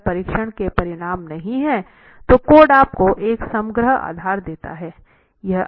अगर परीक्षण के परिणाम नहीं हैं कोड आपको एक समग्र आधार देता है